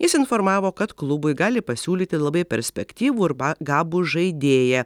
jis informavo kad klubui gali pasiūlyti labai perspektyvų ir ba gabų žaidėją